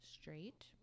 straight